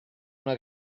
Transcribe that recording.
una